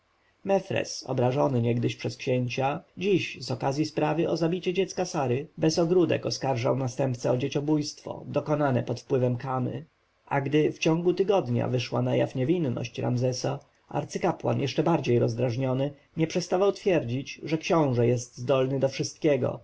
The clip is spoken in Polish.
mefres obrażony niegdyś przez księcia dziś z okazji sprawy o zabicie dziecka sary bez ogródek oskarżał następcę o dzieciobójstwo dokonane pod wpływem kamy a gdy w ciągu tygodnia wyszła najaw niewinność ramzesa arcykapłan jeszcze bardziej rozdrażniony nie przestawał twierdzić że książę jest zdolny do wszystkiego